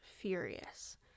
furious